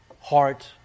heart